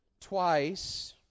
Twice